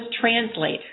translate